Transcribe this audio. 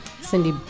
Cindy